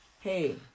Hey